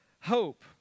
hope